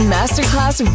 Masterclass